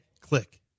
click